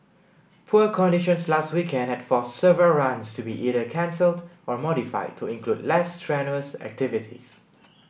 poor conditions last weekend had forced several runs to be either cancelled or modified to include less strenuous activities